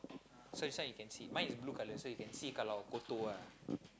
so this one you can see mine is blue colour so you can see kalau kotor ah